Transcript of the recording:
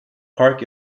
park